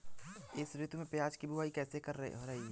इस ऋतु में प्याज की बुआई कैसी रही है?